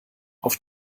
auf